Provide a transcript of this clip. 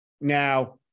Now